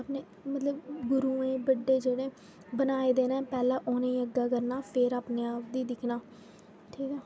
मतलब गुरूएं दे बड्डे जेह्ड़े बनाये दे न पैह्लें उ'नें गी अग्गें करना फिर अपने आप गी दिक्खना ठीक ऐ